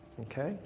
Okay